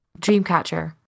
Dreamcatcher